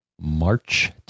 March